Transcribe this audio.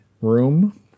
room